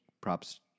props